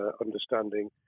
understanding